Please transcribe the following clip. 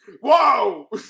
whoa